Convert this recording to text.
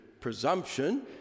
presumption